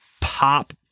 pop